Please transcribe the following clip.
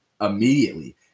immediately